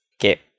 okay